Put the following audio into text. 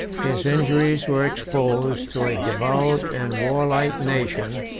his injuries were exposed to a devout and warlike nation,